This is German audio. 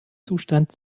zustand